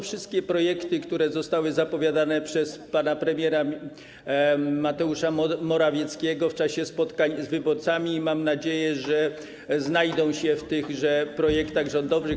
Wszystkie te projekty zostały zapowiedziane przez pana premiera Mateusza Morawieckiego w czasie spotkań z wyborcami i mam nadzieję, że znajdą się w tychże projektach rządowych.